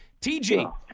TG